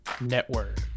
Network